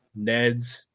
NEDs